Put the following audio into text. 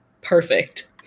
Perfect